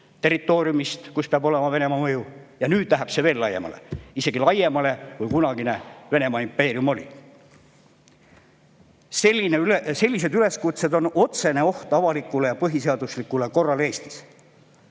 territooriumist, kus peab olema Venemaa mõju. Nüüd läheb see veel laiemaks, isegi laiemaks, kui kunagine Venemaa impeerium oli. Sellised üleskutsed on otsene oht avalikule ja põhiseaduslikule korrale Eestis.